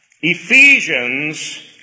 Ephesians